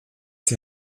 sie